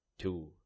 two